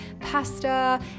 pasta